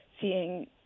seeing